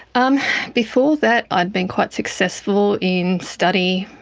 um before that i had been quite successful in study,